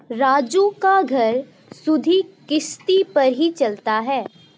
राजू का घर सुधि किश्ती पर ही चलता है